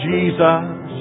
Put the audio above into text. Jesus